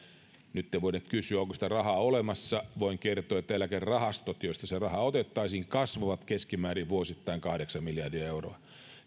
nyt te voitte kysyä onko sitä rahaa olemassa voin kertoa että eläkerahastot joista se raha otettaisiin kasvavat vuosittain keskimäärin kahdeksan miljardia euroa